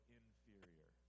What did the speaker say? inferior